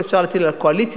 הכול אפשר להפיל על הקואליציה.